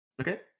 okay